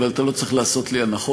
אבל אתה לא צריך לעשות לי הנחות.